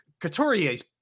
Couturier's